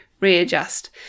readjust